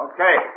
Okay